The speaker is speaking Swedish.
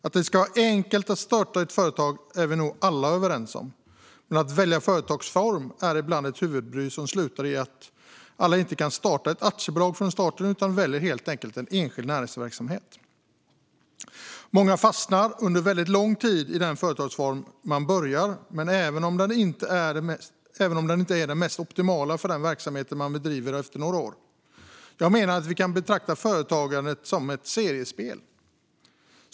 Att det ska vara enkelt att starta företag är vi nog alla överens om. Men att välja företagsform är ibland ett huvudbry som slutar i att alla inte kan starta ett aktiebolag från starten utan väljer enskild näringsverksamhet. Många fastnar under väldigt lång tid i den företagsform de började med även om den efter några år inte är den optimala för den verksamhet de bedriver. Jag menar att vi kan betrakta företagande som ett seriespel.